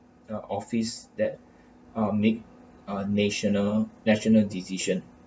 uh office that uh make a national national decision